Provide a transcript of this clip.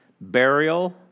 burial